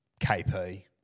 KP